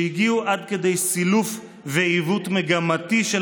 שהגיעו עד כדי סילוף ועיוות מגמתי של